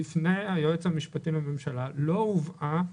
בפני היועץ המשפטי לממשלה לא הובאה